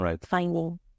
finding